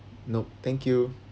nope thank you